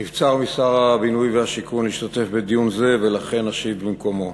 נבצר משר הבינוי והשיכון להשתתף בדיון זה ולכן אשיב במקומו.